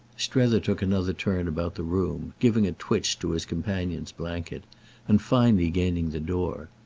strether took another turn about the room, giving a twitch to his companion's blanket and finally gaining the door.